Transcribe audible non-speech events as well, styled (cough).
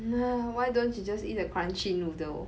(laughs) why don't you just eat the crunchy noodle